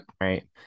Right